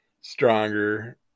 stronger